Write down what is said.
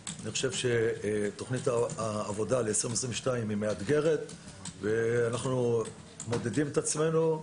תכנית העבודה ל-2022 היא מאתגרת ואנחנו מודדים את עצמנו.